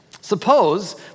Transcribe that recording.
Suppose